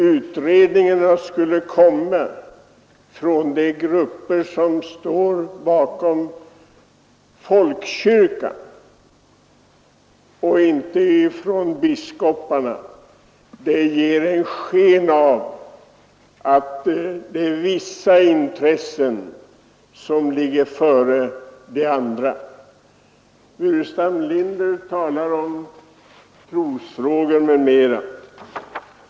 Utredningen borde komma från de grupper som står bakom folkkyrkan och inte från biskoparna — det ger sken av att vissa intressen går före andra. Herr Burenstam Linder talar om trosfrågor och annat.